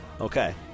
Okay